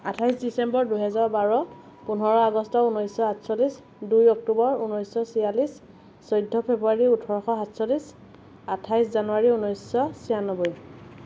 আঠাইছ ডিচেম্বৰ দুহেজাৰ বাৰ পোন্ধৰ আগষ্ট ঊনৈছশ আঠচল্লিছ দুই অক্টোবৰ ঊনৈছশ চিয়াল্লিছ চৈধ্য় ফেব্ৰুৱাৰী ওঠৰশ সাতচল্লিছ আঠাইছ জানুৱাৰী ঊনৈছশ ছিয়ানব্বৈ